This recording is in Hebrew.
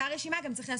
שצריך.